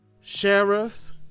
sheriffs